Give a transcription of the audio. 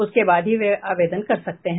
उसके बाद ही वे आवेदन कर सकते हैं